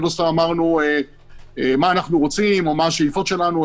ולא סתם אמרנו מה אנחנו רוצים או מה השאיפות שלנו,